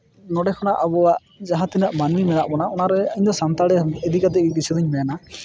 ᱱᱚᱸᱰᱮ ᱠᱷᱚᱱᱟᱜ ᱟᱵᱚᱣᱟᱜ ᱡᱟᱦᱟᱸ ᱛᱤᱱᱟᱹᱜ ᱢᱟᱹᱱᱢᱤ ᱢᱮᱱᱟᱜ ᱵᱚᱱᱟ ᱚᱱᱟᱨᱮ ᱤᱧᱫᱚ ᱥᱟᱱᱛᱟᱲᱤ ᱤᱫᱤ ᱠᱟᱛᱮᱫ ᱥᱩᱫᱷᱩᱧ ᱢᱮᱱᱟ